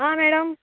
आ madam